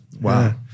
Wow